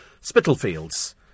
Spitalfields